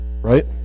right